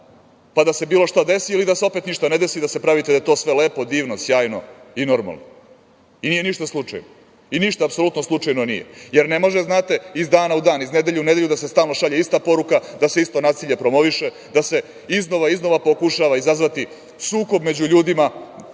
pa da se bilo šta desi ili da opet ništa ne desi, da se pravite da je sve to lepo divno, sjajno i normalno. I nije ništa slučajno, jer ne može, znate, iz dana u dan, iz nedelje u nedelju da se stalno šalje ista poruka, da se isto nasilje promoviše, da se iznova i iznova pokušava izazvati sukob među ljudima,